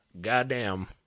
goddamn